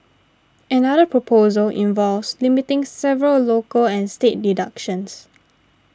another proposal involves limiting several local and state deductions